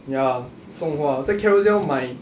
ya 送花的在 Carousell 买